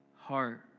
heart